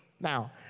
Now